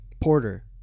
Porter